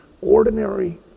ordinary